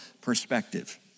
perspective